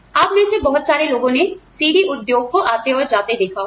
आप में से बहुत सारे लोगों ने CD उद्योग को आते और जाते देखा होगा